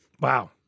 Wow